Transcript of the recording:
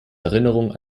erinnerung